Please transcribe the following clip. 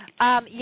Yes